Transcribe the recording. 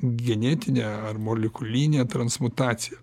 genetinę ar molekulinę transmutaciją